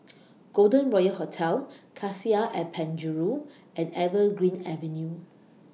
Golden Royal Hotel Cassia At Penjuru and Evergreen Avenue